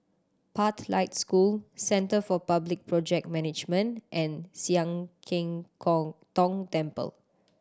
Pathlight School Centre for Public Project Management and Sian Keng Kong Tong Temple